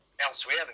elsewhere